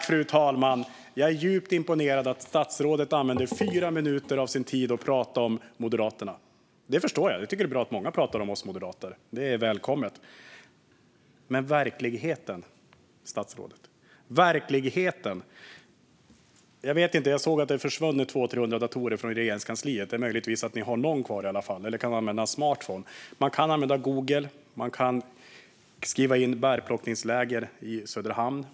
Fru talman! Jag är djupt imponerad av att statsrådet använder fyra minuter av sin tid till att prata om Moderaterna. Det förstår jag. Jag tycker att det är bra att många pratar om oss moderater. Det är välkommet. Men hur är verkligheten, statsrådet? Jag såg att det försvunnit 200-300 datorer från Regeringskansliet. Möjligtvis har man någon kvar eller kan använda en smartphone. Man kan använda Google och skriva in "bärplockningsläger i Söderhamn".